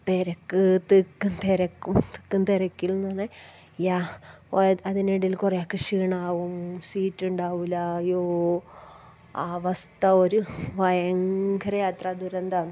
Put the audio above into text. തിരക്ക് തിക്കും തിരക്കും തിക്കും തിരക്കെന്ന് പറഞ്ഞാൽ അതിനിടയിൽ കുറെ ആൾക്കാർക്ക് ക്ഷീണമാകും സീറ്റ് ഉണ്ടാവില്ല യ്യോ അവസ്ഥ ഒര് ഭയങ്കര യാത്രാ ദുരന്തമാണ്